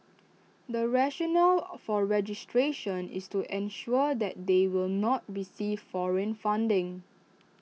the rationale for registration is to ensure that they will not receive foreign funding